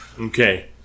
Okay